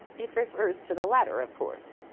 it refers to the latter, of course.